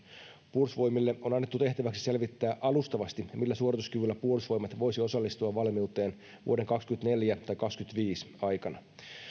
puolustusvoimille on annettu tehtäväksi selvittää alustavasti millä suorituskyvyllä puolustusvoimat voisi osallistua valmiuteen vuoden kaksikymmentäneljä tai kaksikymmentäviisi aikana